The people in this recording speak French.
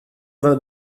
vingt